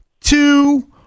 two